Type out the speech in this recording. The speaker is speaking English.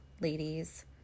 ladies